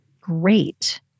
great